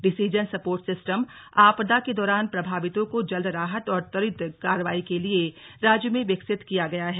decision support system आपदा के दौरान प्रभावितों को जल्द राहत और त्वरित कार्यवाही के लिए राज्य में विकसित किया गया है